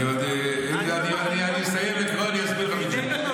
אני אסיים לקרוא, אני אסביר לך בדיוק.